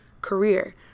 career